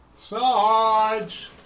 Sarge